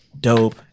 dope